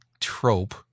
trope